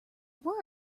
were